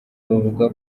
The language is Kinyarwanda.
bavuga